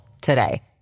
today